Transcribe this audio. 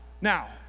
Now